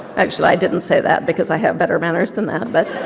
actually i didn't say that because i have better manners than that, but